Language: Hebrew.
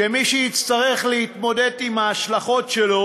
שמי שיצטרך להתמודד עם ההשלכות שלו